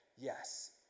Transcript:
yes